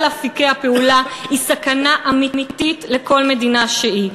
אפיקי הפעולה היא סכנה אמיתית לכל מדינה שהיא.